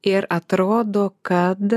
ir atrodo kad